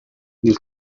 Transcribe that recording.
nel